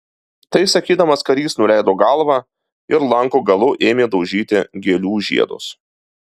tai sakydamas karys nuleido galvą ir lanko galu ėmė daužyti gėlių žiedus